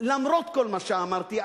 למרות כל מה שאמרתי,